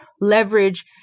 leverage